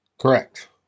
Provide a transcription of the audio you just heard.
Correct